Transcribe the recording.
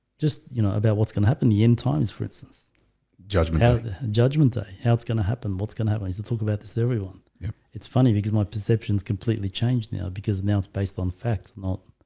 just you know about what's gonna happen the end times for instance judgment judgment day how it's gonna happen what's gonna happen is to talk about this everyone yeah, it's funny because my perceptions completely changed now because now it's based on facts not